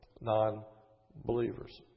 non-believers